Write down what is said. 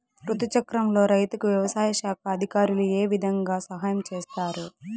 రుతు చక్రంలో రైతుకు వ్యవసాయ శాఖ అధికారులు ఏ విధంగా సహాయం చేస్తారు?